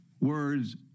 words